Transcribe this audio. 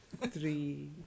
three